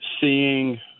seeing